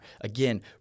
Again